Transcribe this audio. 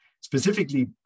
Specifically